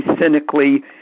cynically